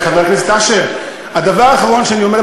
חבר הכנסת אשר, סליחה שנייה.